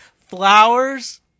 Flowers